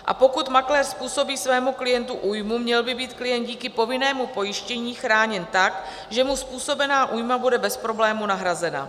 A pokud makléř způsobí svému klientu újmu, měl by být klient díky povinnému pojištění chráněn tak, že mu způsobená újma bude bez problému nahrazena.